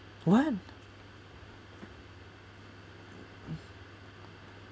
what